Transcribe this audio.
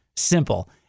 simple